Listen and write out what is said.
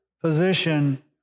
position